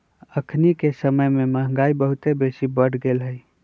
अखनिके समय में महंगाई बहुत बेशी बढ़ गेल हइ